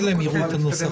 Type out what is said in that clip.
ממילא הם יראו את הנוסח.